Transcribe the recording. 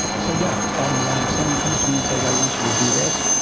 so, yeah, bottom line, if someone comes to me and says, i want you to do this,